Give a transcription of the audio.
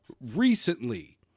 recently